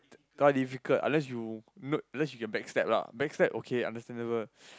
not difficult unless you you can back stab lah back stab understandable